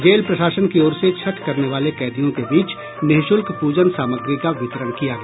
jail प्रशासन की ओर से छठ करने वाले कैदियों के बीच निःशुल्क पूजन सामग्री का वितरण किया गया